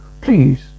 Please